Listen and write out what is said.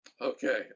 Okay